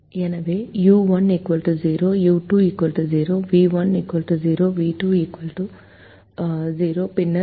எனவே u1 0 u2 0 v1 0 v2 0 பின்னர் XV YU 0